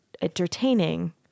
entertaining